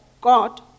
God